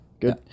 good